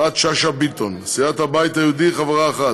יפעת שאשא ביטון, לסיעת הבית היהודי, חברה אחת: